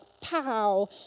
pow